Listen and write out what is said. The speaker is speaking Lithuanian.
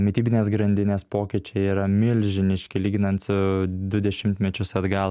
mitybinės grandinės pokyčiai yra milžiniški lyginant su du dešimtmečius atgal